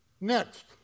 Next